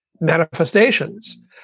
manifestations